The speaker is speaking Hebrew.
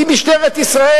עם משטרת ישראל,